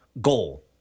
goal